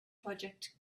project